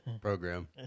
program